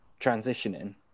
transitioning